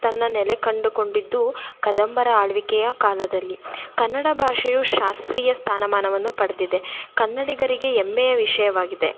ತನ್ನ ನೆಲೆ ಕಂಡುಕೊಂಡಿದ್ದು ಕದಂಬರ ಆಳ್ವಿಕೆಯ ಕಾಲದಲ್ಲಿ ಕನ್ನಡ ಭಾಷೆಯು ಶಾಸ್ತ್ರೀಯ ಸ್ಥಾನಮಾನವನ್ನು ಪಡೆದಿದೆ ಕನ್ನಡಿಗರಿಗೆ ಹೆಮ್ಮೆಯ ವಿಷಯವಾಗಿದೆ